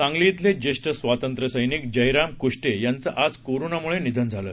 सांगली थेले ज्येष्ठ स्वातंत्र्यसैनिक जयराम कुष्टे यांचं आज कोरोनामुळे निधन झालं